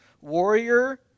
warrior